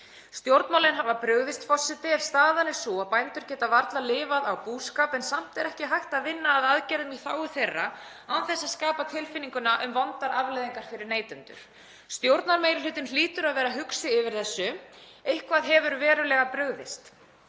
Stjórnmálin hafa brugðist ef staðan er sú að bændur geta varla lifað af búskap en samt er ekki hægt að vinna að aðgerðum í þágu þeirra án þess að skapa tilfinningu um vondar afleiðingar fyrir neytendur. Stjórnarmeirihlutinn hlýtur að vera hugsi yfir þessu. Eitthvað hefur brugðist